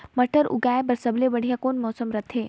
मटर उगाय बर सबले बढ़िया कौन मौसम रथे?